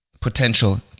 potential